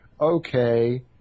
okay